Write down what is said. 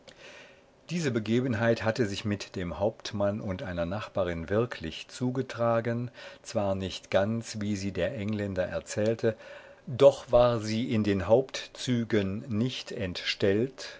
diese begebenheit hatte sich mit dem hauptmann und einer nachbarin wirklich zugetragen zwar nicht ganz wie sie der engländer erzählte doch war sie in den hauptzügen nicht entstellt